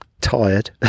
tired